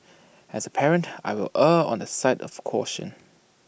as A parent I will err on the side of caution